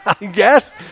Yes